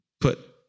put